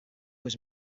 was